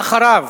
אחריו,